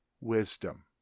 wisdom